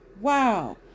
Wow